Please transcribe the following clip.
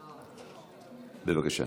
בבקשה.